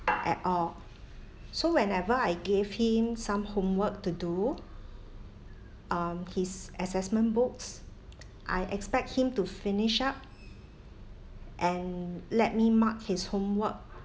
at all so whenever I gave him some homework to do um his assessment books I expect him to finish up and let me mark his homework